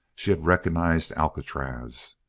she had recognized alcatraz.